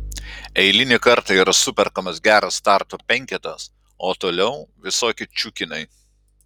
eilinį kartą yra superkamas geras starto penketas o toliau visokie čiukinai